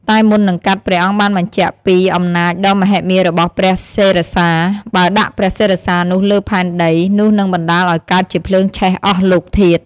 តែមុននឹងកាត់ ព្រះអង្គបានបញ្ជាក់ពីអំណាចដ៏មហិមារបស់ព្រះសិរសា បើដាក់ព្រះសិរសានោះលើផែនដី នោះនឹងបណ្ដាលឲ្យកើតជាភ្លើងឆេះអស់លោកធាតុ។